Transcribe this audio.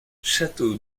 château